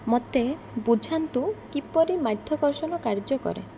ମୋତେ ବୁଝାନ୍ତୁ କିପରି ମାଧ୍ୟାକର୍ଷଣ କାର୍ଯ୍ୟ କରେ